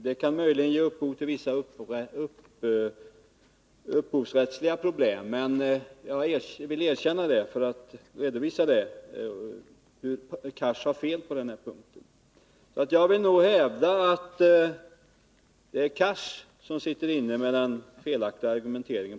Det kan möjligen orsaka vissa upphovsrättsliga problem, men jag vill erkänna det för att styrka att Hadar Cars har fel på den här punkten. Jag vill alltså hävda att det är Hadar Cars som har den felaktiga argumenteringen.